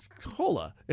cola